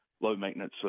low-maintenance